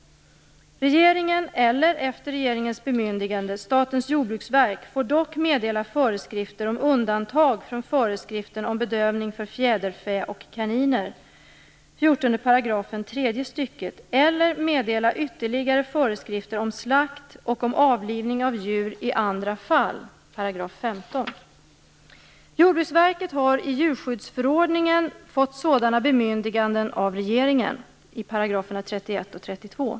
Regeringen eller, efter regeringens bemyndigande, Statens jordbruksverk får dock meddela föreskrifter om undantag från föreskriften om bedövning för fjäderfä och kaniner eller meddela ytterligare föreskrifter om slakt och om avlivning av djur i andra fall . Jordbruksverket har i djurskyddsförordningen fått sådana bemyndiganden av regeringen .